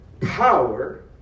power